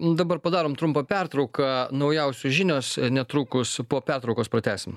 dabar padarom trumpą pertrauką naujausios žinios netrukus po pertraukos pratęsim